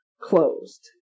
closed